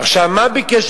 מה ביקש